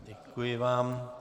Děkuji vám.